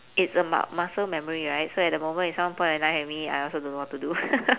it's about muscle memory right so at the moment if someone point a knife at me I also don't know what to do